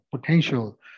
potential